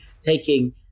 taking